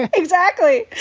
exactly.